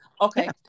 Okay